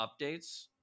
updates